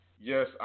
yes